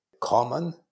common